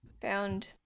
found